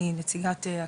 אני נציגת הכללית,